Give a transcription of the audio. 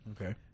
Okay